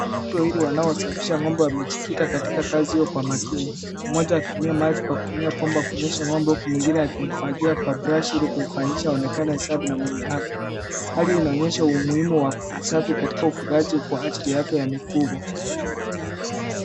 Watu wawili wanaosafisha ng'ombe wamejikita katika kazi hiyo kwa makini, mmoja akitumia majini kwa kutumia bomba kuloesha ng'ombe, huku mwingine akimfagia kwa brashi ili kumfanyisha aonekana safi na mwenye afya. Hali inaonyesha umuhimu wa usafi katika ufugaji kwa ajili ya afya ya mifugo.